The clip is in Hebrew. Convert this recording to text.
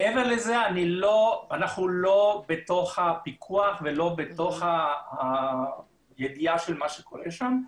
מעבר לזה אנחנו לא בתוך הפיקוח ולא בתוך הידיעה של מה שקורה שם,